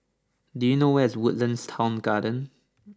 do you know where is Woodlands Town Garden